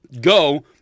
Go